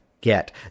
get